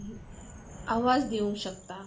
आवाज दिवंक शकता